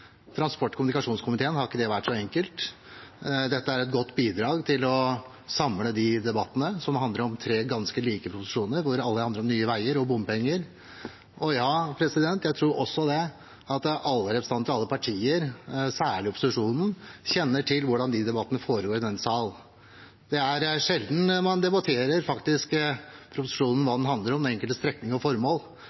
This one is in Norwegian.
transport- og kommunikasjonskomiteen har det ikke vært så enkelt. Dette er et godt bidrag til å samle de debattene som handler om tre ganske like proposisjoner, som alle handler om Nye Veier og bompenger. Og ja, jeg tror også at alle representanter i alle partier, særlig i opposisjonen, kjenner til hvordan disse debattene foregår i denne sal. Det er sjelden man faktisk debatterer proposisjonen – hva den handler om, den enkelte strekning og formål